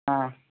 ಹಾಂ